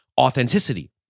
authenticity